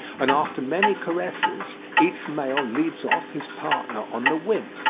and after many caresses, each male leads off his partner on the wing.